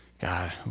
God